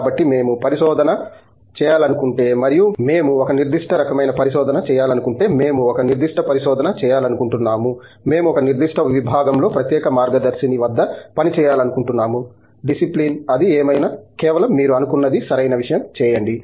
కాబట్టి మేము పరిశోధన చేయాలనుకుంటే మరియు మేము ఒక నిర్దిష్ట రకమైన పరిశోధన చేయాలనుకుంటే మేము ఒక నిర్దిష్ట పరిశోధన చేయాలనుకుంటున్నాము మేము ఒక నిర్దిష్ట విభాగంలో ప్రత్యేక మార్గదర్శిని వద్ద పనిచేయాలనుకుంటున్నాము డిసిప్లిన్ అది ఏమైనా కేవలం మీరు అనుకున్నది సరైన విషయం చేయండి